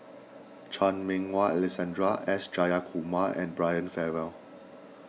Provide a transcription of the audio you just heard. Chan Meng Wah Alexander S Jayakumar and Brian Farrell